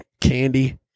candy